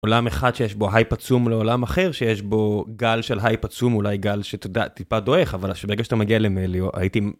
עולם אחד שיש בו הייפ עצום לעולם אחר שיש בו גל של הייפ עצום אולי גל שאתה יודע, טיפה דועך אבל שברגע שאתה מגיע למליו הייתי